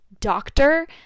Doctor